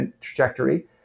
trajectory